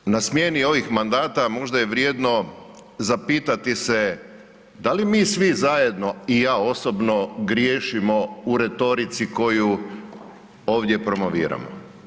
Ali na smjeni ovih mandata možda je vrijedno zapitati se da li mi svi zajedno i ja osobno griješimo u retorici koju ovdje promoviram.